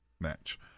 match